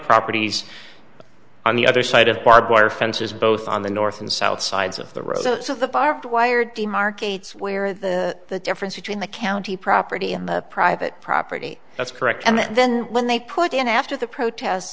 properties on the other side of the barbed wire fences both on the north and south sides of the road so the barbed wire demarcates where the difference between the county property in the private property that's correct and then when they put in after the protests